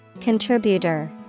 Contributor